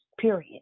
period